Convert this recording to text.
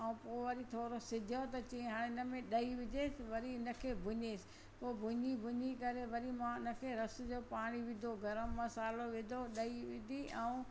ऐं पोइ वरी थोरो सिॼियो त चयो हाणे हिनमें ॾई विझेसि वरी इनखे भुञेसि पोइ भुञी भुञी करे वरी मां उनखे रस जो पाणी विधो गरम मसालो विधो ॾई विधी ऐं